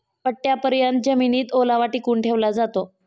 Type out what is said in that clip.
पट्टयापर्यत जमिनीत ओलावा टिकवून ठेवला जातो